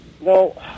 No